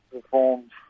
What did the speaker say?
performed